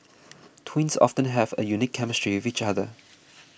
twins often have a unique chemistry which other